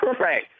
Right